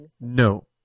No